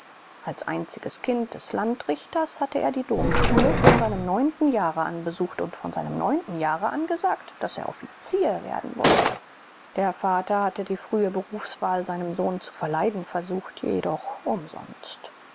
als einziges kind des landrichters hatte er die domschule von seinem neunten jahre an besucht und von seinem neunten jahre an gesagt daß er offizier werden wolle der vater hatte die frühe berufswahl seinem sohn zu verleiden versucht jedoch umsonst